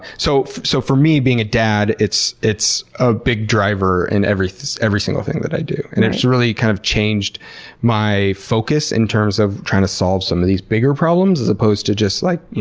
so so for me, being a dad, it's it's a big driver in every every single thing that i do. and it's really kind of changed my focus in terms of trying to solve some of these bigger problems as opposed to just, like,